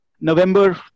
November